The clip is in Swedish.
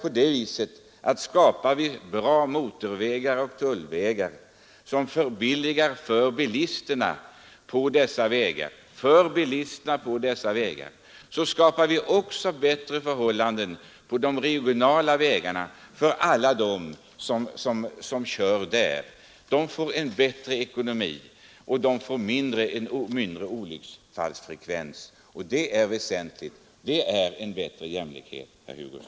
Om vi skapar bra motorvägar och tullvägar som förbilligar färden för bilisterna där, så skapar vi samtidigt bättre förhållanden för trafikanterna på de regionala vägarna, som då får en bättre ekonomi och mindre olycksfallsfrekvens. Och det betyder bättre jämlikhet, herr Hugosson!